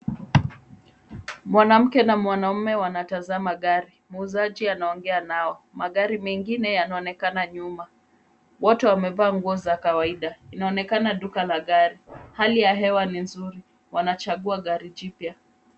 Mwanamke na mwanaume wanatazama gari, muuzaji anaongea nao. Magari mengine yanaonekana nyuma. Wote wamevaa nguo za kawaida, inaonekana duka la gari, hali ya hewa ni nzuri, wanachagua gari jipya.